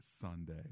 Sunday